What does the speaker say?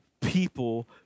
people